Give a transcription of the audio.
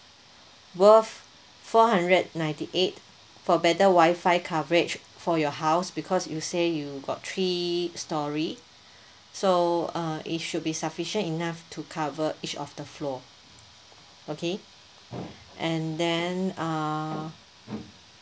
worth four hundred ninety eight for better wifi coverage for your house because you say you got three storey so uh it should be sufficient enough to cover each of the floor okay and then uh